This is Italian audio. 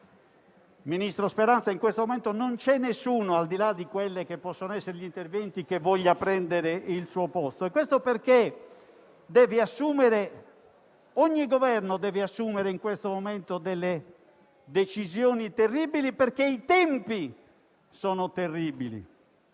Ministro Speranza, in questo momento non c'è alcuno che, al di là di quelli che possono essere gli interventi, voglia prendere il suo posto, in quanto ogni Governo deve assumere in questo momento delle decisioni terribili perché i tempi sono terribili.